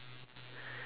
and um